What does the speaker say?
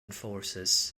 forces